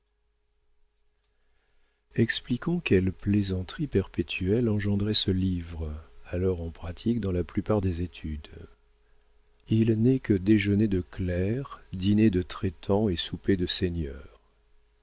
expliquons quelle plaisanterie perpétuelle engendrait ce livre alors en pratique dans la plupart des études il n'est que déjeuners de clercs dîners de traitants et soupers de seigneurs